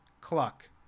cluck